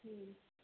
हूँ